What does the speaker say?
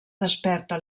desperta